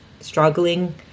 struggling